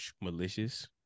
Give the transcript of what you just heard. Malicious